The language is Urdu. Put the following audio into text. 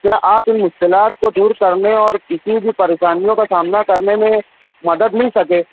کیا آپ ان اطلاعات کو دور کرنے اور کسی بھی پریشانیوں کا سامنا کرنے میں مدد نہیں سکے